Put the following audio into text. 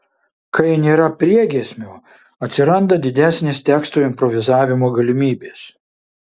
kai nėra priegiesmio atsiranda didesnės teksto improvizavimo galimybės